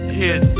hit